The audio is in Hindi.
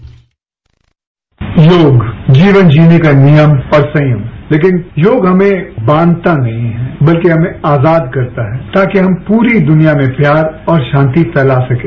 साउंड बाईट योग जीवनजीने का नियम और संयम लेकिन योग हमें बांधता नहीं हैबलकि हमें आजाद करता है ताकि हम पूरी दुनियामें प्यार और शांति फैला सकें